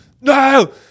No